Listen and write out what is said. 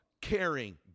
caring